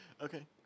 Okay